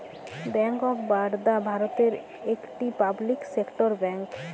bank of Baroda ভারতের একটি public sector bank